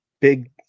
big